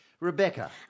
Rebecca